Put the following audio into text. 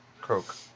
Croak